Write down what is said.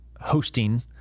hosting